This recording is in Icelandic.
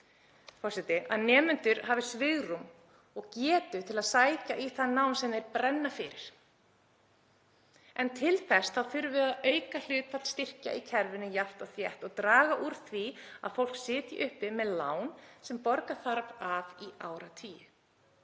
forseti, að nemendur hafi svigrúm og getu til að sækja í það nám sem þeir brenna fyrir. En til þess þurfum við að auka hlutfall styrkja í kerfinu jafnt og þétt og draga úr því að fólk sitji uppi með lán sem borga þarf af í áratugi.